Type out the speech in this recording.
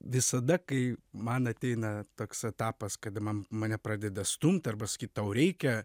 visada kai man ateina toks etapas kada man mane pradeda stumt arba sakyt tau reikia